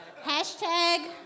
Hashtag